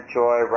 joy